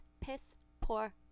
piss-poor